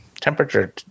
temperature